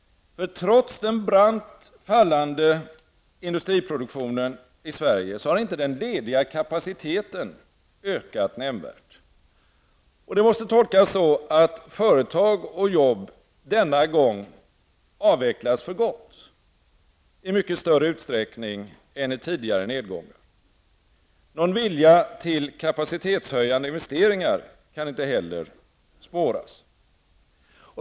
Trots den brant fallande industriproduktionen i Sverige har inte den lediga kapaciteten ökat nämnvärt. Det måste tolkas så att företag och jobb denna gång avvecklas för gott i mycket större utsträckning än i tidigare nedgångar. Någon vilja till kapacitetshöjande investeringar kan inte heller spåras.